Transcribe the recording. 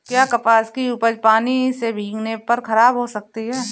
क्या कपास की उपज पानी से भीगने पर खराब हो सकती है?